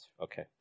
Okay